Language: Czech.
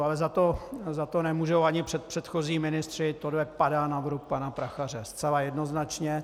Ale za to nemůžou ani předpředchozí ministři, tohle padá na vrub pana Prachaře zcela jednoznačně.